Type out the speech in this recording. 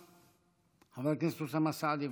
חבר הכנסת אוסאמה סעדי,